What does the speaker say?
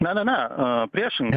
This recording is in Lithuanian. ne ne ne priešingai